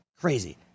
Crazy